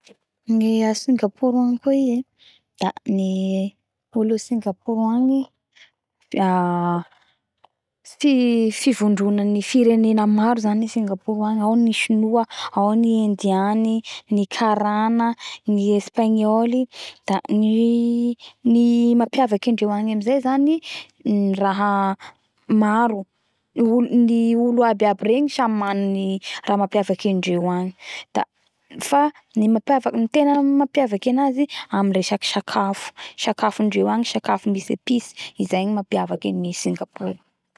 Ny a Singapour agny koa i ee da ny olo a Singapour agny i fi fivondronany firenena maro zany gna Singapour agny ao ny Sinoa ny Indiany ny Karana ny Espagnoly. Da ny ny mapiavaky andreo agny amizay zany ny raha maro ny olo maro aby aby regny samy mana ny raha mapiavaky andreo agny da fa ny mapiavaky- ny tena mampiavaky anazy, amin'ny resaky sakafo. Sakafon-dreo agny sakafo misy episy. Izay no mampiavaky an'i Singapour.